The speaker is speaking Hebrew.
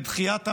בדחיית המועדים,